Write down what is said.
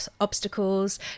obstacles